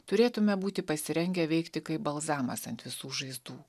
turėtume būti pasirengę veikti kaip balzamas ant visų žaizdų